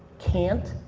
can't,